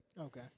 Okay